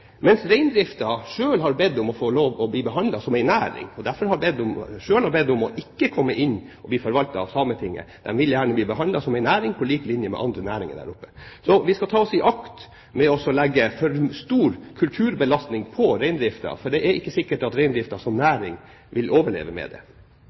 mens reindriften har bedt om å få lov til å bli behandlet som en næring, og har derfor selv bedt om ikke å komme inn under og bli forvaltet av Sametinget. De vil gjerne bli behandlet som en næring på lik linje med andre næringer der oppe. Så vi skal ta oss i akt for å legge for stor kulturbelastning på reindriften, for det er ikke sikkert at reindriften som